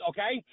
Okay